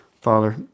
Father